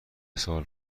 سال